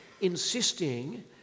insisting